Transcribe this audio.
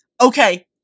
Okay